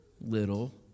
little